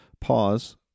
pause